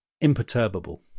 imperturbable